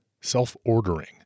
Self-Ordering